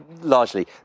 largely